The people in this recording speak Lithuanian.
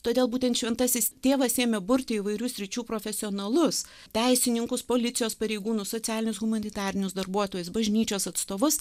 todėl būtent šventasis tėvas ėmė burti įvairių sričių profesionalus teisininkus policijos pareigūnus socialinius humanitarinius darbuotojus bažnyčios atstovus